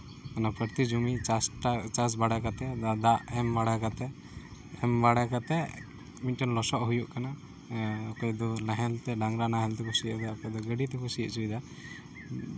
ᱚᱱᱟ ᱯᱨᱚᱛᱛᱮ ᱡᱚᱢᱤ ᱪᱟᱥ ᱴᱟᱜ ᱪᱟᱥ ᱵᱟᱲᱟ ᱠᱟᱛᱮ ᱚᱱᱟ ᱫᱟᱜ ᱮᱢ ᱵᱟᱲᱟ ᱠᱟᱛᱮ ᱮᱢ ᱵᱟᱲᱟ ᱠᱟᱛᱮ ᱢᱤᱫᱴᱮᱱ ᱞᱚᱥᱚᱫ ᱦᱩᱭᱩᱜ ᱠᱟᱱᱟ ᱚᱠᱚᱭ ᱫᱚ ᱱᱟᱦᱮᱞ ᱛᱮ ᱰᱟᱝᱨᱟ ᱱᱟᱦᱮᱞ ᱛᱮ ᱥᱤ ᱚᱪᱚᱭ ᱫᱟ ᱚᱠᱚᱭ ᱫᱚ ᱜᱟᱹᱰᱤᱛᱮᱠᱚ ᱥᱤ ᱚᱪᱚᱭᱮᱫᱟ